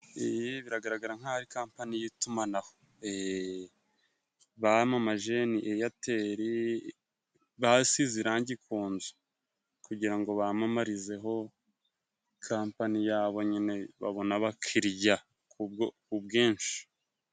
iyi biragaragara nk'aho ari kampani y'itumanaho bamamaje. Ni eyateli. Basize irangi ku nzu kugira ngo bamamarizeho kampani yabo nyine babone abakiriya ku bwinshi.